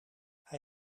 hij